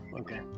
Okay